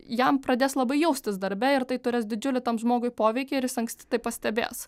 jam pradės labai jaustis darbe ir tai turės didžiulį tam žmogui poveikį ir jis anksti tai pastebės